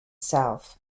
south